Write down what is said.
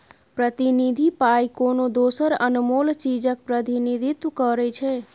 प्रतिनिधि पाइ कोनो दोसर अनमोल चीजक प्रतिनिधित्व करै छै